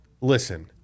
Listen